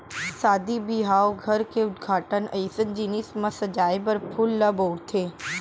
सादी बिहाव, घर के उद्घाटन अइसन जिनिस म सजाए बर फूल ल बउरथे